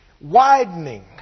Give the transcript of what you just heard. widening